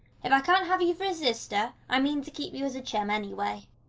if i can't have you for a sister i mean to keep you as a chum anyway.